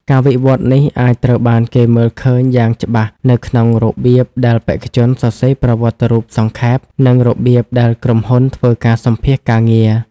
ការវិវត្តន៍នេះអាចត្រូវបានគេមើលឃើញយ៉ាងច្បាស់នៅក្នុងរបៀបដែលបេក្ខជនសរសេរប្រវត្តិរូបសង្ខេប និងរបៀបដែលក្រុមហ៊ុនធ្វើការសម្ភាសន៍ការងារ។